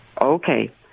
Okay